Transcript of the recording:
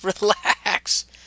Relax